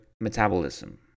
metabolism